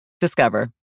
Discover